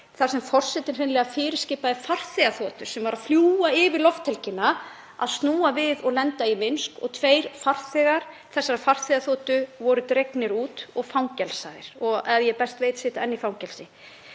þar sem forsetinn hreinlega fyrirskipaði farþegaþotu sem var að fljúga yfir lofthelgina að snúa við og lenda í Minsk. Tveir farþegar þeirrar farþegaþotu voru dregnir út og fangelsaðir og að því er ég best veit sitja þeir enn í fangelsi.